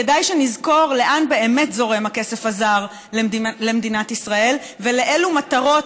כדאי שנזכור לאן באמת זורם הכסף הזר במדינת ישראל ולאלו מטרות